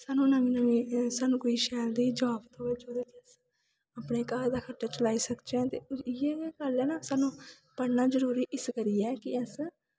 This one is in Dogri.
सानूं कोई शैल जेही जाब थ्होऐ जेह्दे कन्नै अस अपने घर दा खर्चा चलाई सकचै ते इ'यै जेही गल्ल ऐ ना सानूं पढ़ना जरूरी इस करियै कि अस